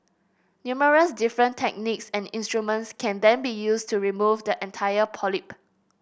numerous different techniques and instruments can then be used to remove the entire polyp